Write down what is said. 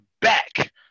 back